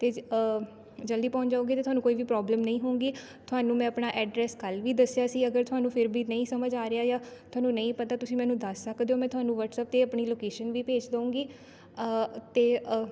ਅਤੇ ਜਲਦੀ ਪਹੁੰਚ ਜਾਓਗੇ ਅਤੇ ਤੁਹਾਨੂੰ ਕੋਈ ਵੀ ਪ੍ਰੋਬਲਮ ਨਹੀਂ ਹਉਂਗੀ ਤੁਹਾਨੂੰ ਮੈਂ ਆਪਣਾ ਐਡਰੈਸ ਕੱਲ੍ਹ ਵੀ ਦੱਸਿਆ ਸੀ ਅਗਰ ਤੁਹਾਨੂੰ ਫਿਰ ਵੀ ਨਹੀਂ ਸਮਝ ਆ ਰਿਹਾ ਜਾਂ ਤੁਹਾਨੂੰ ਨਹੀਂ ਪਤਾ ਤੁਸੀਂ ਮੈਨੂੰ ਦੱਸ ਸਕਦੇ ਹੋ ਮੈਂ ਤੁਹਾਨੂੰ ਵਟਸਐਪ 'ਤੇ ਆਪਣੀ ਲੋਕੇਸ਼ਨ ਵੀ ਭੇਜ ਦਊਂਗੀ ਅਤੇ